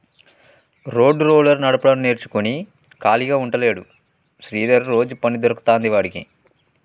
road roller నడపడం నేర్చుకుని ఖాళీగా ఉంటలేడు శ్రీధర్ రోజు పని దొరుకుతాంది వాడికి